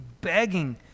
begging